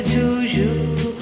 toujours